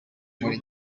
muri